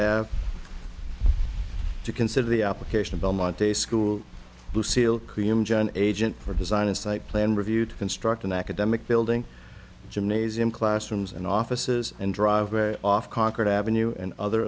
have to consider the application of belmont day school lucille cream john agent for design a site plan review to construct an academic building gymnasium classrooms and offices and drive off concord ave and other